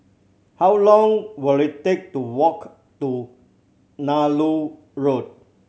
how long will it take to walk to Nallur Road